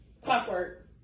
clockwork